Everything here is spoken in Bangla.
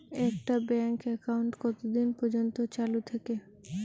একটা ব্যাংক একাউন্ট কতদিন পর্যন্ত চালু থাকে?